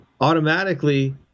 automatically